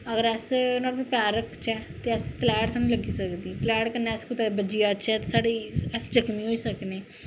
अगर अस नुआढ़े उपर पैर रखचै ते अस तलैह्टन लगी सकदी तलैह्ट कन्नै अस कुतै बज्जी जाह्चै ते साढ़ी अस जखमी होई सकने आं